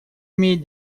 имеет